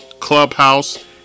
Clubhouse